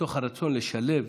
מתוך הרצון לשלב